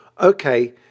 okay